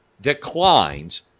declines